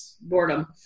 Boredom